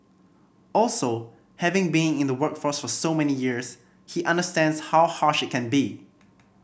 also having been in the workforce for so many years he understands how harsh it can be